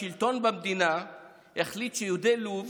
השלטון במדינה החליט שיהודי לוב